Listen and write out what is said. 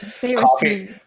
Coffee